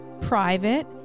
private